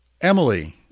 Emily